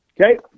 Okay